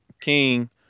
king